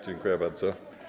Dziękuję bardzo.